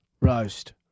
Roast